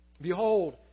Behold